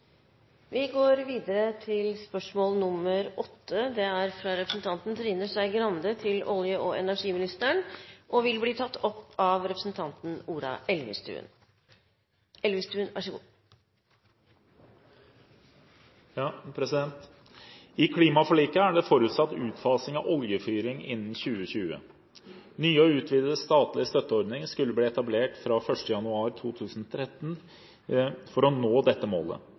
fra representanten Trine Skei Grande til olje- og energiministeren, vil bli tatt opp av representanten Ola Elvestuen. «I klimaforliket er det forutsatt utfasing av oljefyring innen 2020. Nye og utvidede statlige støtteordninger skulle bli etablert fra 1. januar 2013 for å nå dette målet.